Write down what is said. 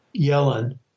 Yellen